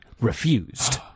refused